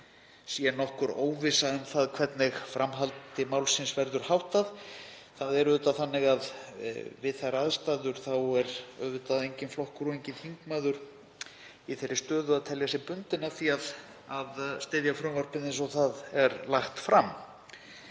sé nokkur óvissa um það hvernig framhaldi málsins verður háttað. Það er auðvitað þannig að við þær aðstæður er enginn flokkur og enginn þingmaður í þeirri stöðu að telja sig bundinn af því að styðja frumvarpið eins og það er lagt fram.